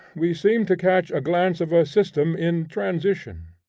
we seem to catch a glance of a system in transition.